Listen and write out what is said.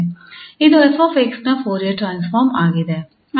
ಇದು 𝑓𝑥 ನ Fourier transform ಆಗಿದೆ